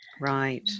Right